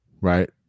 Right